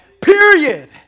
Period